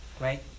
Right